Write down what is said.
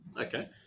okay